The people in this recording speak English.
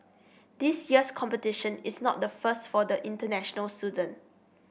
this year's competition is not the first for the international student